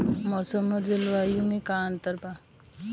मौसम और जलवायु में का अंतर बा?